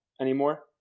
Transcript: anymore